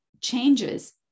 changes